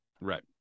Right